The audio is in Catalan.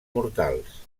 mortals